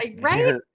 Right